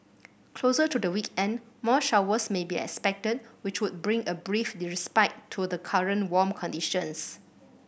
closer to the weekend more showers may be expected which would bring a brief respite to the current warm conditions